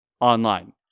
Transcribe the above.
online